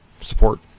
support